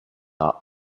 are